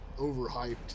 overhyped